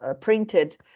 printed